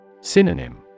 Synonym